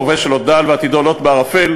ההווה שלו דל ועתידו לוט בערפל.